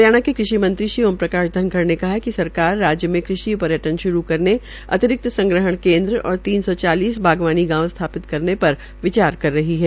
हरियाणा के कृषि मंत्री ओम प्रकाश धनखड ने कहा है क सरकार राज्य में कृषि पर्यटन श्रू करने अतिरिक्त संग्रहण केन्द्र और तीन सौ चौलीस बागवानी गांव स्थापित करने पर विचार कर रही है